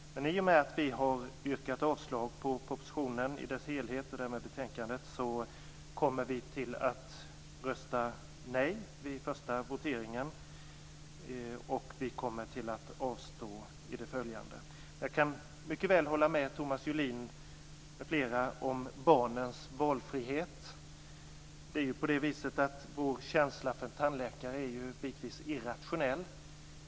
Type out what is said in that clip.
Men i och med att vi har yrkat avslag på propositionen i dess helhet och därmed på utskottets hemställan kommer vi att rösta nej vid den första voteringen och att avstå i de följande. Jag kan mycket väl hålla med Thomas Julin m.fl. vad gäller barnens valfrihet. Vår känsla för tandläkare är ju bitvis irrationell.